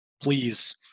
please